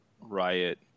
Riot